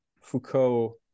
Foucault